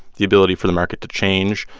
the ability for the market to change,